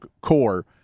core –